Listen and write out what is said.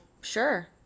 sure